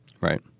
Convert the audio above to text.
Right